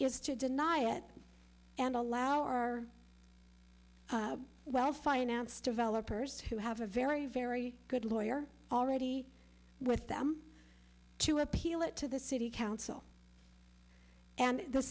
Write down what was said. is to deny it and allow our well financed developers who have a very very good lawyer already with them to appeal it to the city council and the